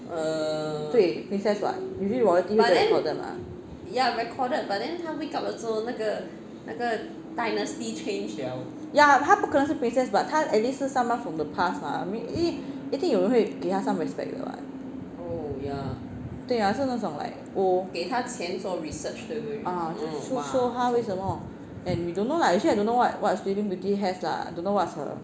对 princess what usually royalty 会被 recorded 的吗 ya 她不可能是 princess but 她 at least 是 someone from the past mah I mean 一定有人会给他 some respect 的 [what] 对呀是那种 like old ah 就说她为什么 don't know lah actually I don't know what sleeping beauty has lah don't know what's her